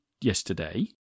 yesterday